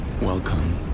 Welcome